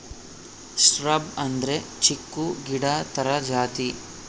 shrub ಅಂದ್ರೆ ಚಿಕ್ಕು ಗಿಡ ತರ ಜಾತಿ